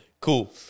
Cool